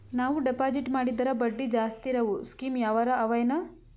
ನಾವು ಡೆಪಾಜಿಟ್ ಮಾಡಿದರ ಬಡ್ಡಿ ಜಾಸ್ತಿ ಇರವು ಸ್ಕೀಮ ಯಾವಾರ ಅವ ಏನ?